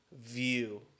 view